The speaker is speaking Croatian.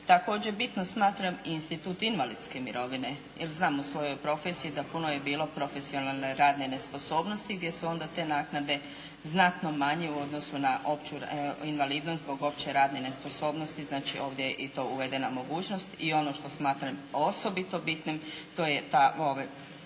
Također bitno smatram institut invalidske mirovine jer znam u svojoj profesiji da je puno bilo profesionalne radne nesposobnosti gdje su onda te naknade puno manje u odnosu na opću invalidnost, zbog opće radne nesposobnosti znači ovdje je i to uvedena mogućnost, i ono što smatram osobito bitnim to je ta